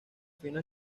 fino